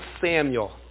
Samuel